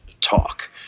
talk